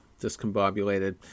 discombobulated